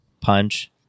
punch